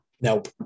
Nope